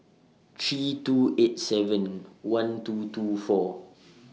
three two eight seven one two two four